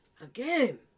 Again